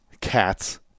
cats